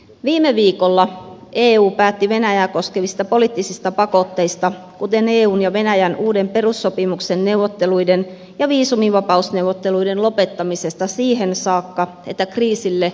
viime viikolla eu päätti venäjää koskevista poliittisista pakotteista kuten eun ja venäjän uuden perussopimuksen neuvotteluiden ja viisumivapausneuvotteluiden lopettamisesta siihen saakka että kriisille löydetään ratkaisu